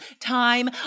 time